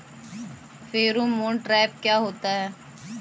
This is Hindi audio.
फेरोमोन ट्रैप क्या होता है?